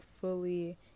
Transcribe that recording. fully